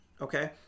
okay